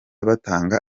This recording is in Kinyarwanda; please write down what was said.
batanga